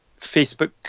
Facebook